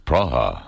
Praha